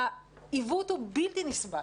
העיוות הוא בלתי נסבל.